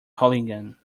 hooligan